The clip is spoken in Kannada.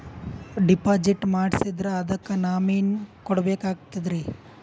ಡಿಪಾಜಿಟ್ ಮಾಡ್ಸಿದ್ರ ಅದಕ್ಕ ನಾಮಿನಿ ಕೊಡಬೇಕಾಗ್ತದ್ರಿ?